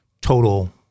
total